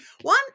One